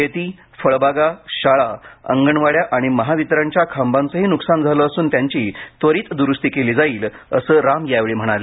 शेती फळबागा शाळा अंगणवाड्या आणि महावितरणच्या खांबाचेही नुकसान झालं असून त्यांची त्वरित दुरुस्ती केली जाईल असं राम यावेळी म्हणाले